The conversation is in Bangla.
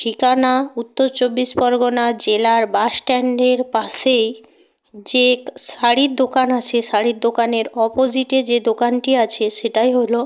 ঠিকানা উত্তর চব্বিশ পরগনার জেলার বাস স্ট্যান্ডের পাশে যে শাড়ির দোকান আছে শাড়ির দোকানের অপোজিটে যে দোকানটি আছে সেটাই হলো